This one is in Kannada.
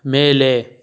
ಮೇಲೆ